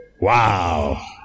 Wow